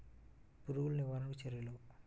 పురుగులు నివారణకు చర్యలు?